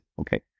okay